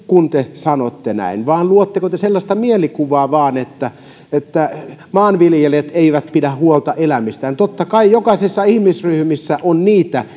kun te sanotte näin vai luotteko te vain sellaista mielikuvaa että että maanviljelijät eivät pidä huolta elämistään totta kai jokaisessa ihmisryhmässä on niitä